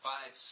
Five